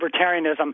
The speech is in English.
libertarianism